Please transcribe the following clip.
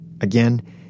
Again